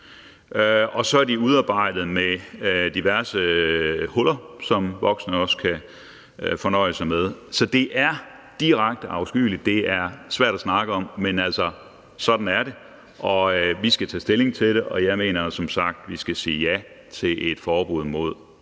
og så er de udarbejdet med diverse huller, som voksne også kan fornøje sig med. Så det er direkte afskyeligt, og det er svært at snakke om, men sådan er det, og vi skal tage stilling til det, og jeg mener som sagt, at vi skal sige ja til et forbud mod